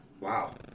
Wow